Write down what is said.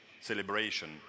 celebration